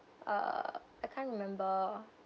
uh I can't remember